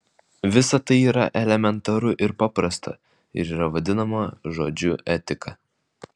visa tai yra elementaru ir paprasta ir yra vadinama žodžiu etika